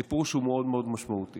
סיפור שהוא מאוד מאוד משמעותי.